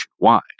nationwide